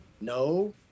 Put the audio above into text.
No